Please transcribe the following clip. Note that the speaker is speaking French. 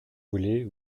voulez